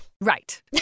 Right